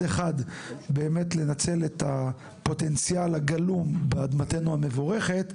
אחד באמת לנצל את הפוטנציאל הגלום באדמתנו המבורכת,